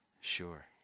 Sure